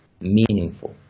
meaningful